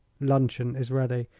luncheon is ready.